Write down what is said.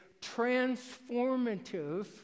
transformative